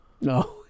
No